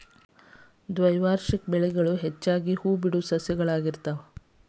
ದ್ವೈವಾರ್ಷಿಕ ಬೆಳೆಗಳು ಹೆಚ್ಚಾಗಿ ಹೂಬಿಡುವ ಸಸ್ಯಗಳಾಗಿರ್ತಾವ